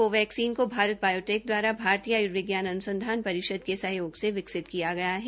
Covaxin को भारत बायोटेक भातीय आय्र्विज्ञान अन्संधान परिषद के सहयोग से विकसित किया गया है